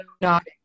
nodding